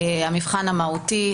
המבחן המהותי,